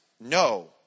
no